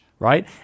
Right